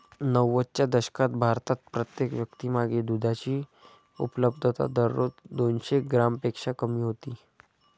नव्वदच्या दशकात भारतात प्रत्येक व्यक्तीमागे दुधाची उपलब्धता दररोज दोनशे ग्रॅमपेक्षा कमी होती